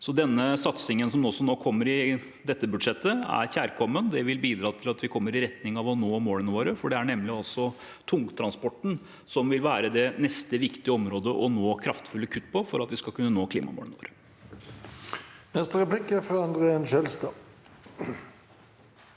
Så denne satsingen som kommer i dette budsjettet, er kjærkommen, og det vil bidra til at vi kommer i retning av å nå målene våre. For det er nemlig tungtransporten som vil være det neste viktige området å nå kraftfulle kutt på for at vi skal kunne nå klimamålene våre.